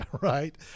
right